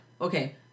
Okay